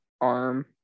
arm